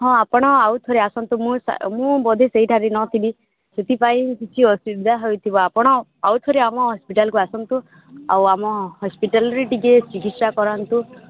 ହଁ ଆପଣ ଆଉ ଥରେ ଆସନ୍ତୁ ମୁଁ ମୁଁ ବୋଧେ ସେଇଠାରେ ନ ଥିବି ସେଥିପାଇଁ କିଛି ଅସୁବିଧା ହୋଇଥିବ ଆପଣ ଆଉ ଥରେ ଆମ ହସ୍ପିଟାଲ କୁ ଆସନ୍ତୁ ଆଉ ଆମ ହସ୍ପିଟାଲ ରେ ଟିକେ ଚିକିତ୍ସା କରାନ୍ତୁ